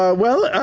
ah well,